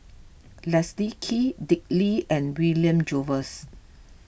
Leslie Kee Dick Lee and William Jervois